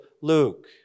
Luke